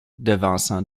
devançant